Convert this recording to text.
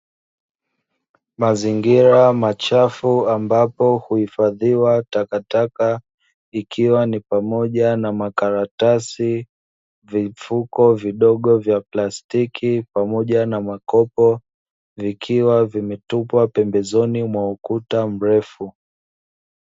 Mazingira machafu ambapo huhifadhiwa takataka ikiwa ni pamoja na makaratasi, vifuko vidogo vya plastiki pamoja na makopo vikiwa vimetupwa pembezoni mwa ukuta mrefu.